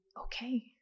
okay